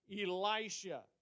Elisha